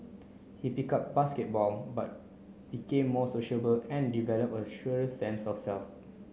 he picked up basketball but became more sociable and developed a surer sense of self